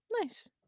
nice